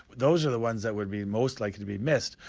those are the ones that would be most likely to be missed.